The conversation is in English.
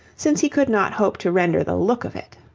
since he could not hope to render the look of it.